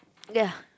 ya